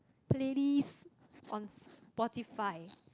playlist on Spotify